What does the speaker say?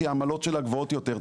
כי העמלות שלה גבוהות יותר.